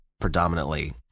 predominantly